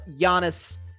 Giannis